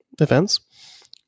events